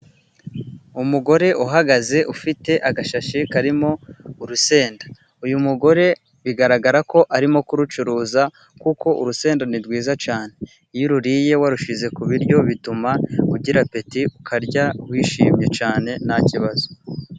Umugore uhagaze ufite agashashi karimo urusenda, uyu mugore bigaragara ko arimo kurucuruza, kuko urusenda ni rwiza cyane iyo ururiye warushize ku biryo bituma ugira apeti ukarya wishimye cyane nta kibazo.